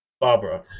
Barbara